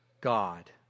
God